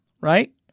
right